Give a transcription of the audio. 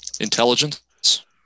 Intelligence